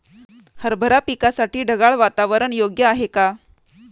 हरभरा पिकासाठी ढगाळ वातावरण योग्य आहे का?